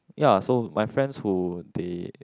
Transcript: ya so my friends who they